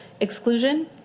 Exclusion